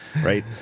Right